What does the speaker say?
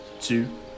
two